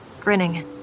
Grinning